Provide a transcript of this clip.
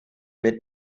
mit